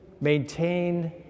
maintain